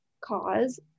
cause